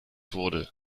wurde